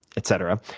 etc.